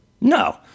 No